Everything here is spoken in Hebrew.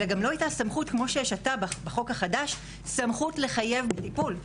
אלא גם לא הייתה סמכות כמו שיש עתה בחוק החדש לחייב טיפול.